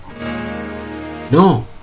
no